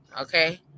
okay